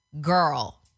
Girl